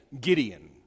Gideon